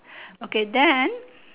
okay then